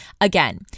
again